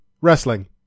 wrestling